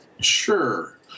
sure